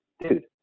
dude